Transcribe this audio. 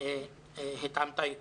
התעמתה איתו.